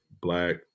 black